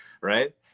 right